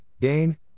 gain